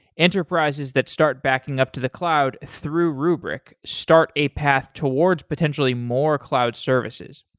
enterprises that start backing up to the cloud through rubrik start a path towards potentially more cloud services.